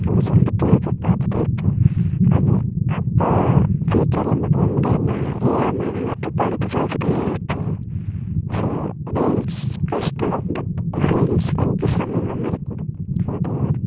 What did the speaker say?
அப்படி சொல்லிட்டு போய் போய் பார்த்துட்டே இருப்போம் அது அப்போது ஃப்யூச்சரில் மட்டும் மெமரியாக இருந்தால் இல்லாம நாங்கள் அப்பப்போ எடுத்து பார்த்துட்டே இருப்போம் ஸோ ரீல்ஸ் கஷ்டம் பட் ரீல்ஸ் வந்துட்டு செம மெமரி கொடுக்கும் ஃபோட்டோவை விட